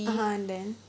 (uh huh) and then